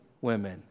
women